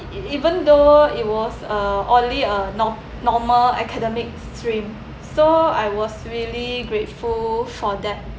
e~ e~ even though it was uh only a nor~ normal academic stream so I was really grateful for that